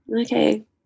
okay